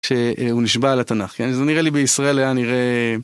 כשהוא נשבע לתנ״ך, כן, זה נראה לי בישראל היה נראה...